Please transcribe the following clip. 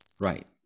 Right